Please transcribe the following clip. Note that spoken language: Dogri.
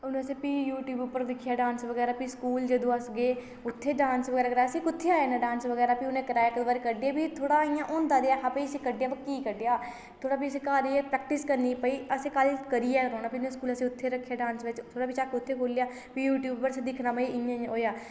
हून असें फ्ही यूट्यूब उप्पर दिक्खेआ डांस बगैरा फ्ही स्कूल जदूं अस गे उत्थे डांस बगैरा कराया असें कुत्थें आया इन्ना डांस बगैरा फ्ही उनें कराया इक दो बारी कड्डेआ बी थोह्ड़ा इयां होंदा ते ऐ हा भई इसी कड्डेआ कि कड्डेआ हा थोह्ड़ा फ्ही उसी घर जाइयै प्रैक्टिस करनी भई असें कल करियै रौह्ना फ्ही असें स्कूल उत्थे रक्खेआ डांस बेच्च थोह्ड़ा फ्ही झक्क उत्थे खुल्लेआ फ्ही यूट्यूब उप्पर असें दिक्खना भई इ'या इ'यां होएआ